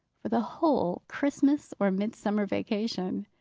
for the whole christmas or midsummer vacation.